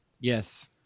Yes